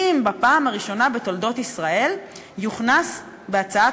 אם בפעם הראשונה בתולדות ישראל יוכנס בהצעת